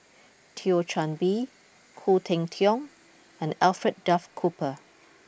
Thio Chan Bee Khoo Cheng Tiong and Alfred Duff Cooper